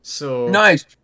Nice